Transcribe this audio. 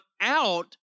out